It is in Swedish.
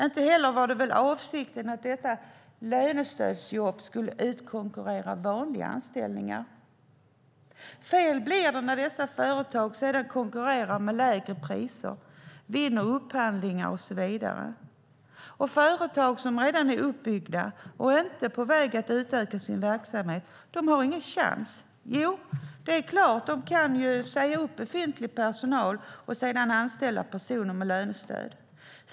Och det var väl inte heller avsikten att dessa lönestödsjobb skulle utkonkurrera vanliga anställningar. Fel blir det när dessa företag sedan konkurrerar med lägre priser, vinner upphandlingar och så vidare. Företag som redan är uppbyggda och inte på väg att utöka sin verksamhet har ingen chans. Jo, det är klart att de kan säga upp befintlig personal och anställa personer med lönestöd.